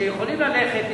שיכולים ללכת,